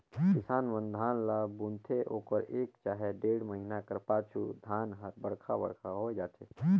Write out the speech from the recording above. किसान मन धान ल बुनथे ओकर एक चहे डेढ़ महिना कर पाछू धान हर बड़खा बड़खा होए जाथे